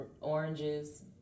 oranges